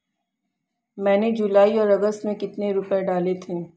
मैंने जुलाई और अगस्त में कितने रुपये डाले थे?